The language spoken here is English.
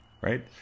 right